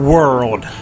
World